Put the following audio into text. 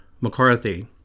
McCarthy